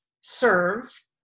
serve